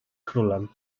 królem